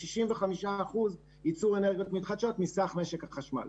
ל-65% ייצור אנרגיות מתחדשות מסך משק החשמל.